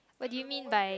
what did you mean by